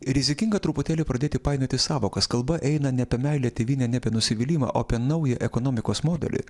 ir rizikinga truputėlį pradėti painioti sąvokas kalba eina ne apie meilę tėvynę ne apie nusivylimą o apie naują ekonomikos modelį